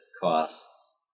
costs